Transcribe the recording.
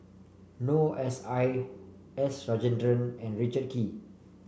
Noor S I S Rajendran and Richard Kee